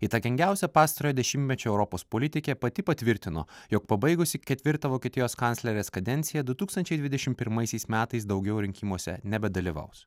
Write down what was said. įtakingiausia pastarojo dešimtmečio europos politikė pati patvirtino jog pabaigusi ketvirtą vokietijos kanclerės kadenciją du tūkstančiai dvidešim pirmaisiais metais daugiau rinkimuose nebedalyvaus